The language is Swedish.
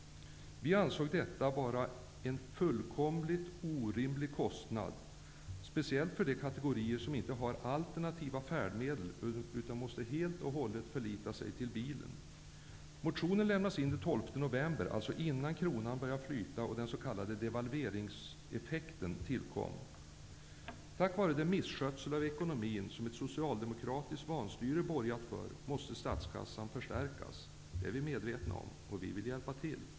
Vi ansåg detta vara en fullkomligt orimlig kostnad, speciellt för de kategorier som inte har tillgång till alternativa färdmedel, utan som helt och hållet måste förlita sig till bilen. Motionen lämnades in den 12 november -- alltså innan kronan började flyta och den s.k. Tack vare den misskötsel av ekonomin som ett socialdemokratiskt vanstyre borgat för måste statskassan förstärkas. Det är vi medvetna om, och vi vill hjälpa till.